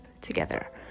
together